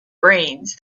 brains